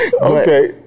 okay